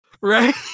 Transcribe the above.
right